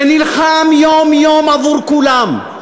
שנלחם יום-יום עבור כולם,